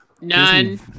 None